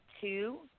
two